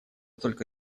только